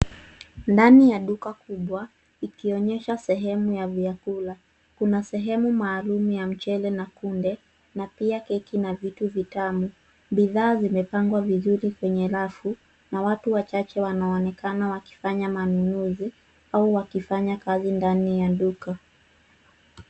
Ndani ya duka kubwa, ikionyesha sehemu ya vyakula. Kuna sehemu maalum ya mchele na kunde, na pia keki na vitu vitamu. Bidhaa zimepangwa vizuri kwenye rafu na watu wachache wanaonekana wakifanya manunuzi, au wakifanya kazi ndani ya duka.